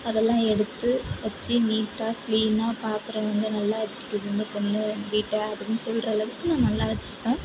அதெல்லாம் எடுத்து வெச்சு நீட்டாக கிளீனாக பார்க்கறவங்க நல்லா வெச்சுக்கிது இந்த பொண்ணு வீட்டை அப்படின் சொல்கிற அளவுக்கு நான் நல்லா வெச்சுப்பேன்